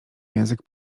język